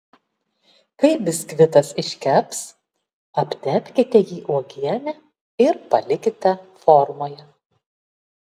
kai biskvitas iškeps aptepkite jį uogiene ir palikite formoje